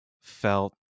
felt